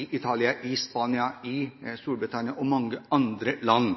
i Italia, i Spania, i Storbritannia og mange andre land.